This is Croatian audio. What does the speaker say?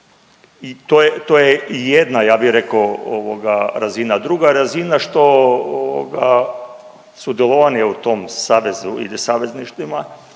to je jedna ja bi rekao razina. Druga razina što ovoga sudjelovanje u tom savezu ili savezništvima